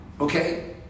Okay